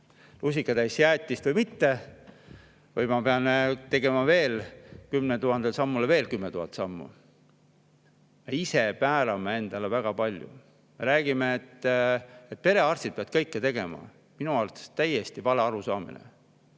lusikatäie jäätist või mitte või ma pean tegema 10 000 sammule veel 10 000 sammu lisaks? Ise määrame endale väga palju. Räägime, et perearstid peavad kõike tegema – minu arvates täiesti vale arusaamine.